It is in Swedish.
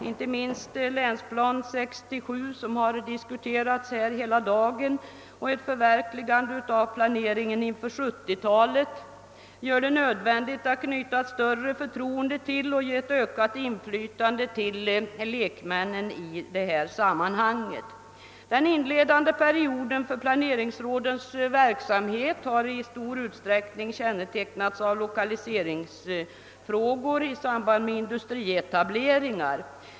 Inte minst Länsplan 67, som har diskuterats här hela dagen, och ett förverkligande av planeringen inför 1970-talet gör det nödvändigt att knyta ett större förtroende till och ge ett ökat inflytande åt lekmännen i dessa sammanhang. Den inledande perioden för planeringsrådens verksamhet har i stor utsträckning kännetecknats. av lokaliseringsfrågor i samband med industrietableringar.